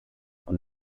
und